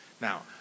Now